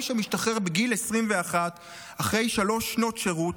שמשתחרר בגיל 21 אחרי שלוש שנות שירות,